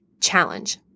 Challenge